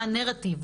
מה הנרטיב,